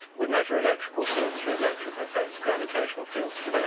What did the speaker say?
we measure electrical fields through electrical effects, gravitational fields through like